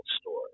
story